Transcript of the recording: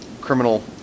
criminal